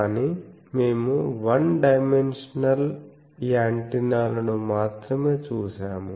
కాని మేము one dimensional యాంటెన్నాలను మాత్రమే చూశాము